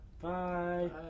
Bye